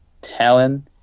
talent